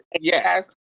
Yes